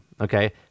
Okay